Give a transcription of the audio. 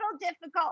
difficult